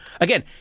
Again